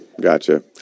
gotcha